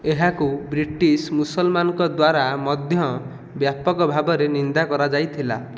ଏହାକୁ ବ୍ରିଟିଶ ମୁସଲମାନଙ୍କ ଦ୍ଵାରା ମଧ୍ୟ ବ୍ୟାପକ ଭାବରେ ନିନ୍ଦା କରାଯାଇଥିଲା